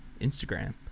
Instagram